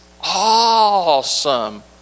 awesome